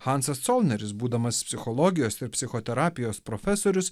hansas colneris būdamas psichologijos ir psichoterapijos profesorius